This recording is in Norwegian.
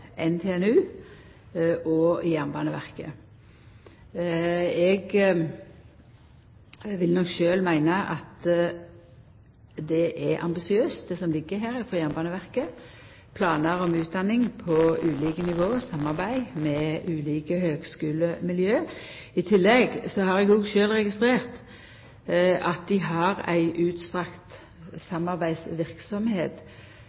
NTNU og Jernbaneverket. Eg vil nok sjølv meina at det er ambisiøst, det som ligg her frå Jernbaneverket: planar om utdanning på ulike nivå og samarbeid med ulike høgskulemiljø. I tillegg har eg sjølv registrert at dei har ei